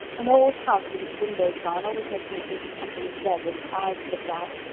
an old house with its windows gone always makes me think of something dead with its eyes picked out.